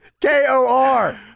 K-O-R